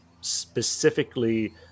specifically